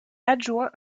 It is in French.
adjoint